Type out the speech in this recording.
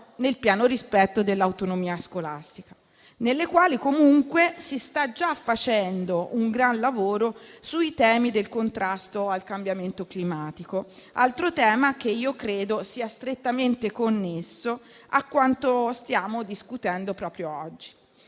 nel pieno rispetto dell'autonomia scolastica), nelle quali comunque si sta già facendo un gran lavoro sui temi del contrasto al cambiamento climatico, un altro tema che considero strettamente connesso a quanto stiamo discutendo proprio oggi.